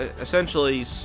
essentially